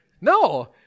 no